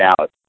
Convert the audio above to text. out